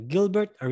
Gilbert